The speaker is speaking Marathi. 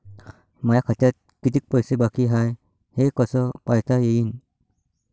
माया खात्यात कितीक पैसे बाकी हाय हे कस पायता येईन?